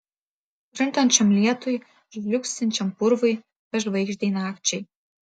krintančiam lietui žliugsinčiam purvui bežvaigždei nakčiai